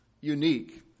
unique